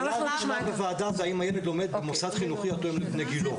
הראשונה בוועדה היא האם הילד לומד במוסד חינוכי התואם את בני גילו.